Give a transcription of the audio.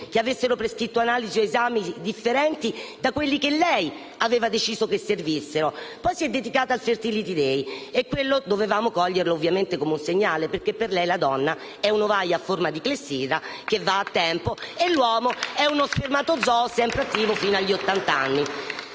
che avessero prescritto analisi o esami diversi da quelli che lei aveva deciso che servissero; poi si è dedicata al Fertility day e quello dovevamo coglierlo come un segnale, perché per lei la donna è un'ovaia a forma di clessidra che va a tempo e l'uomo è uno spermatozoo sempre attivo fino agli ottant'anni.